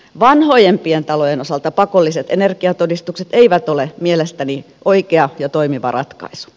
vanhojen pientalojen osalta pakolliset energiatodistukset eivät ole mielestäni oikea ja toimiva ratkaisu